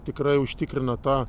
tikrai užtikrina tą